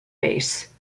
base